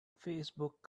facebook